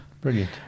Brilliant